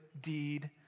deed